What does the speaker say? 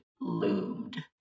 loomed